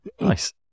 Nice